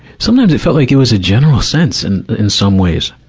sometimes, it felt like it was a general sense in, in some ways.